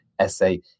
essay